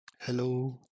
Hello